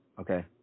Okay